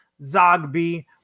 Zogby